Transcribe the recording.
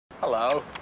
Hello